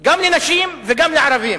גם לנשים וגם לערבים.